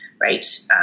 right